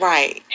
Right